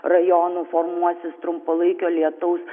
rajonų formuosis trumpalaikio lietaus